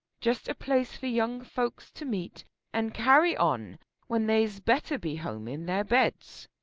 just a place for young folks to meet and carry on when they's better be home in their beds.